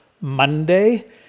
Monday